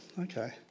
okay